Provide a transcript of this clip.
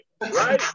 right